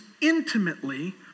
intimately